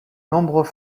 nombreux